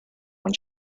when